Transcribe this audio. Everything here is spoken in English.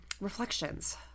reflections